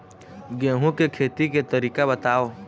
गेहूं के खेती के तरीका बताव?